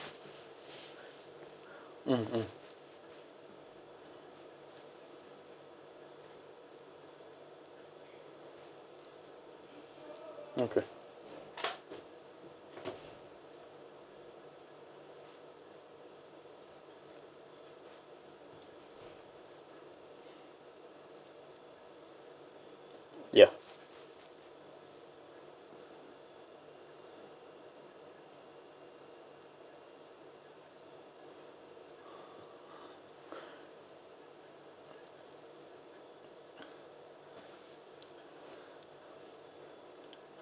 mm mm okay ya